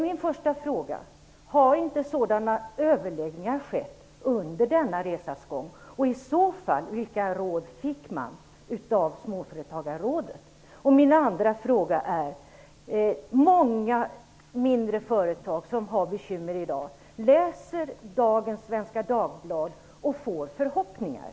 Mina första frågor är: Har inte sådana överläggningar skett under resans gång? Vilka råd gavs i så fall från Småföretagarrådet? Många småföretagare som har bekymmer läser dagens Svenska Dagbladet i dag och inges då förhoppningar.